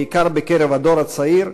בעיקר בקרב הדור הצעיר,